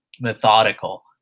methodical